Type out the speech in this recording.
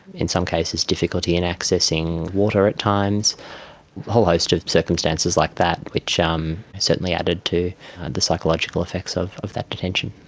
in some cases difficulty and accessing water at times, a whole host of circumstances like that which um certainly added to the psychological effects of of that detention.